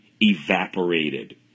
evaporated